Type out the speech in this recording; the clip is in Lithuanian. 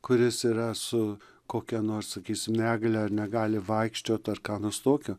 kuris yra su kokia nors sakysim negalia ar negali vaikščiot ar ką nors tokio